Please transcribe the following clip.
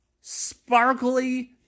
sparkly